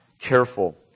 careful